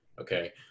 Okay